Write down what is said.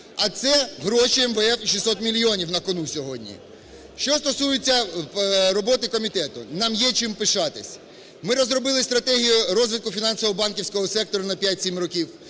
а це гроші МВФ і 600 мільйонів на кону сьогодні. Що стосується роботи комітету? Нам є чим пишатися, ми розробили стратегію розвитку фінансово-банківського сектору на 5-7 років,